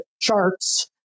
charts